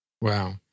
Wow